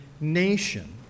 nation